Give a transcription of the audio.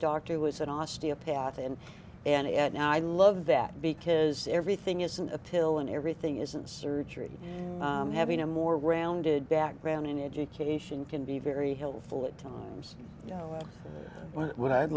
doctor who was an osteopath and an et now i love that because everything isn't a pill and everything isn't surgery having a more rounded background in education can be very helpful at times you know what i'd